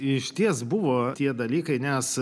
išties buvo tie dalykai nes